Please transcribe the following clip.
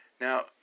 Now